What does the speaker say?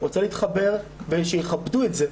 להתחבר ושיכבדו את זה,